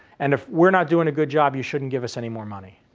and if we're not doing a good job, you shouldn't give us any more money.